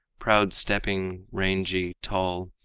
proud stepping, rangy, tall,